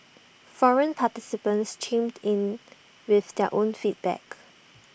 forum participants chimed in with their own feedback